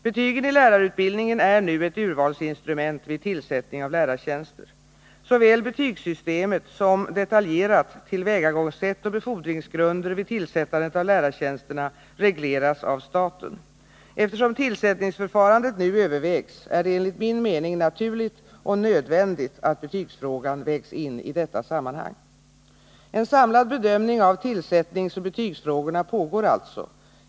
Betygen i lärarutbildningen är nu ett urvalsinstrument vid tillsättning av lärartjänster. Såväl betygssystemet som — detaljerat — tillvägagångssätt och befordringsgrunder vid tillsättandet av lärartjänsterna regleras av staten. Eftersom tillsättningsförfarandet nu övervägs är det enligt min mening naturligt och nödvändigt att betygsfrågan vägs in i detta sammanhang. En samlad bedömning av tillsättningsoch betygsfrågorna pågår alltså.